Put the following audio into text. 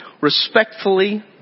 respectfully